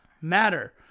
matter